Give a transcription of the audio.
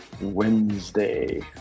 Wednesday